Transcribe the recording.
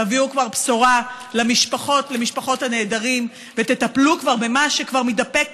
תביאו כבר בשורה למשפחות הנעדרים ותטפלו כבר במה שכבר מתדפק